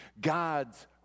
God's